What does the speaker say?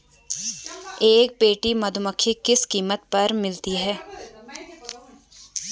एक पेटी मधुमक्खी किस कीमत पर मिलेगी?